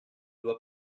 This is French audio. doit